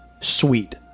sweet